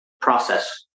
process